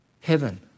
heaven